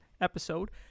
episode